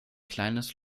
kleines